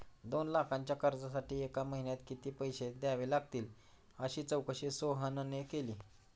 दोन लाखांच्या कर्जासाठी एका महिन्यात किती पैसे द्यावे लागतील अशी चौकशी सोहनने केली